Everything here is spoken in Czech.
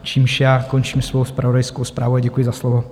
Čímž končím svou zpravodajskou zprávu a děkuji za slovo.